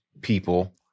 people